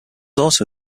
also